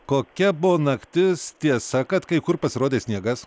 kokia buvo naktis tiesa kad kai kur pasirodė sniegas